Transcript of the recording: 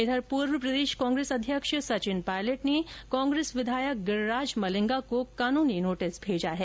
इधर पूर्व प्रदेश कांग्रेस अध्यक्ष सचिन पायलट ने कांग्रेस विधायक गिर्राज मंलिगा को कानूनी नोटिस भेजा है